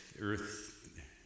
earth